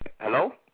Hello